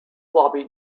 floppy